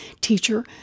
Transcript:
teacher